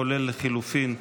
כולל לחלופין,